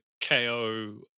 KO